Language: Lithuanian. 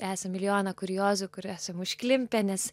esam milijoną kuriozų kur esam užklimpę nes